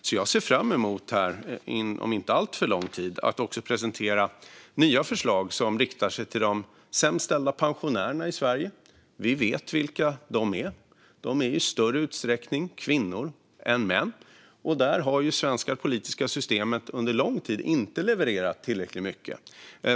Jag ser därför fram emot att inom en inte alltför lång tid presentera nya förslag som riktar sig till de sämst ställda pensionärerna i Sverige. Vi vet vilka de är. Det är kvinnor i större utsträckning än män. Där har det svenska politiska systemet under lång tid inte levererat tillräckligt mycket.